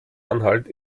anhalt